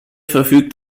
verfügt